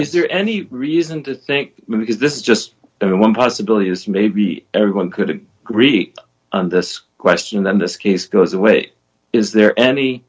is there any reason to think because this is just one possibility is maybe everyone could agree on this question then this case goes away is there any